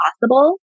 possible